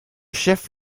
chef